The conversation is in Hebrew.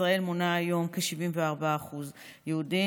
ישראל מונה היום כ-74% יהודים,